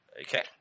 Okay